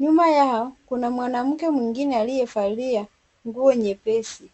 nyuma yao kuna mwanamke mwingine aliyevalia nguo nyepesi.